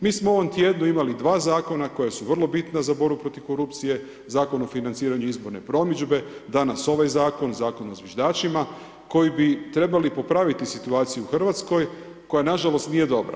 Mi smo u ovom tjednu imali dva zakona koja su vrlo bitna za borbu protiv korupcije, Zakon o financiranju izborne promidžbe, danas ovaj zakon, Zakon o zviždačima koji bi trebali popraviti situaciju u Hrvatskoj koja nažalost nije dobra.